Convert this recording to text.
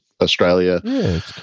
Australia